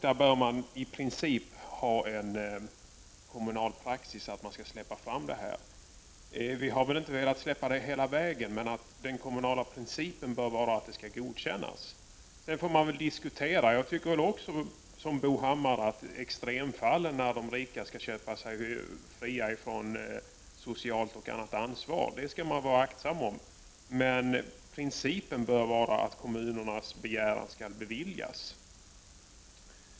Man bör i princip ha en kommunal praxis om att man skall släppa fram det här. Vi har inte velat släppa det hela vägen ut, men den kommunala principen bör vara att det skall godkännas. Jag tycker dock som Bo Hammar att i extremfallen när de rika vill köpa sig fria från socialt och annat ansvar skall man vara försiktig. Principen bör i alla fall vara att kommunernas begäran skall beviljas.